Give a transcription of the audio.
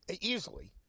easily